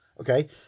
Okay